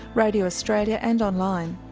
radio australia and on line.